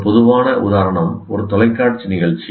ஒரு பொதுவான உதாரணம் ஒரு தொலைக்காட்சி நிகழ்ச்சி